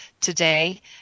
today